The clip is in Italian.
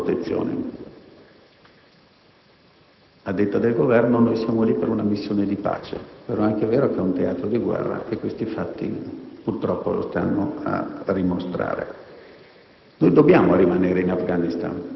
ma dipende un po' da tutto un contesto di protezione. A detta del Governo, noi siamo lì per una missione di pace; però è anche vero che quello è un teatro di guerra e questi fatti, purtroppo, lo stanno a dimostrare.